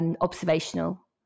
Observational